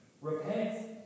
repent